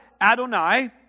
Adonai